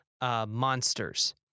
Monsters